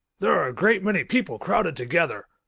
there are a great many people crowded together.